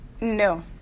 no